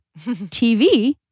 TV